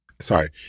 sorry